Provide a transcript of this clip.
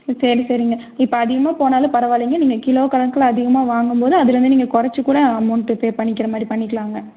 ம் சரி சரிங்க இப்போ அதிகமாக போனாலும் பரவாயில்லைங்க நீங்கள் கிலோ கணக்கில் அதிகமாக வாங்கும் போது அதில் வந்து நீங்கள் கொறைச்சு கூட அமௌண்ட்டு பே பண்ணிக்கிற மாதிரி பண்ணிக்கலாங்க